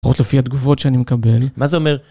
לפחות לפי התגובות שאני מקבל. מה זה אומר?